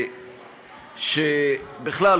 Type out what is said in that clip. שבכלל,